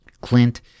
Clint